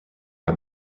are